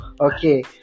okay